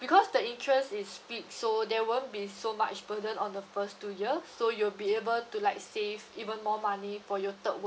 because the interest is split so there won't be so much burden on the first two year so you'll be able to like save even more money for your third